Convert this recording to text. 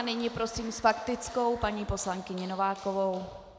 Nyní prosím s faktickou paní poslankyni Novákovou.